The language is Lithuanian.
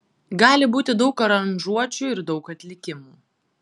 gali būti daug aranžuočių ir daug atlikimų